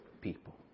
people